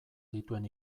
dituen